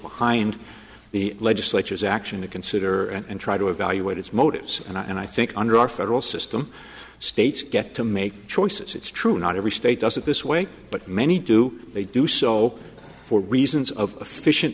behind the legislature's action to consider and try to evaluate its motives and i think under our federal system states get to make choices it's true not every state does it this way but many do they do so for reasons of fis